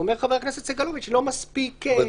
אומר חבר הכנסת סגלוביץ' שלא מספיק "בהקדם האפשרי".